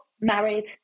married